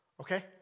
okay